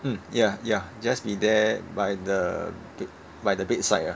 um ya ya just be there by the by the bedside ah